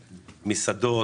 מסעדות,